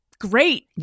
great